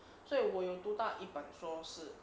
所以我有读到一本说是